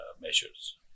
measures